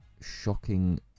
shocking